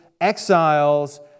exiles